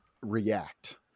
React